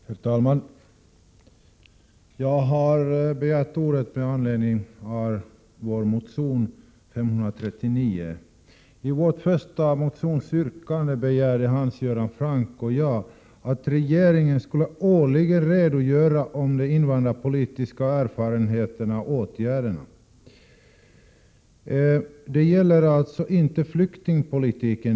Herr talman! Jag har begärt ordet med anledning av vår motion Sf539. I vårt motionsyrkande begär Hans Göran Franck och jag att regeringen årligen skall redogöra för de invandrarpolitiska erfarenheterna och åtgärderna. I detta fall handlar det alltså inte om flyktingpolitiken.